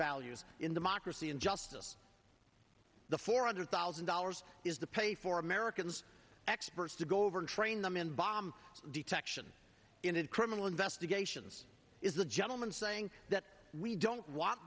values in the mockers the injustice the four hundred thousand dollars is the pay for americans experts to go over and train them in bomb detection in a criminal investigations is a gentleman saying that we don't want